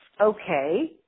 Okay